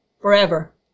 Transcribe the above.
forever